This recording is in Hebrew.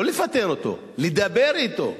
לא לפטר אותו, לדבר אתו.